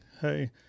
hey